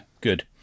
good